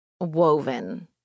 woven